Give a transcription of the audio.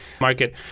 market